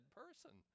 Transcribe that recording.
person